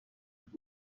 جلسه